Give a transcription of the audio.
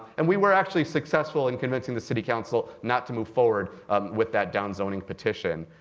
and we were actually successful in convincing the city council not to move forward with that down zoning petition.